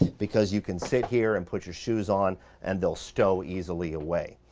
because you can sit here and put your shoes on and they'll stow easily away.